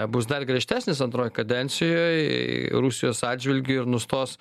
bus dar griežtesnis antroj kadencijoj rusijos atžvilgiu ir nustos